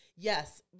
Yes